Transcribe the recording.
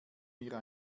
mir